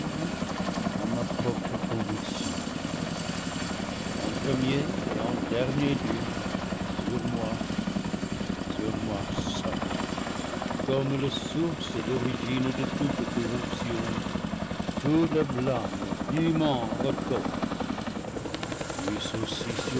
à ma propre convic tion en premier et en dernier lieu sur moi sur moi seul comme la source et l'origine de toute corruption tout le blâme dûment retombé